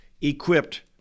equipped